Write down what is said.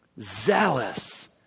zealous